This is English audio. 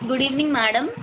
good evening madam